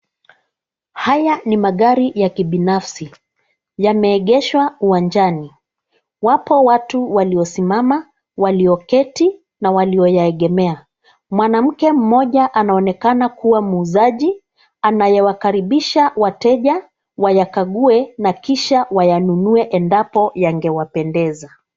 Haya ni magari ya kibinafsi, yameegeshwa uwanjani. Wapo watu waliosimama, walioketi na walioyaegemea. Mwanamke mmoja anaonekana kuwa muuzaji anayewakaribisha wateja wayakague na kisha wayanunue endapo yangewapendeza.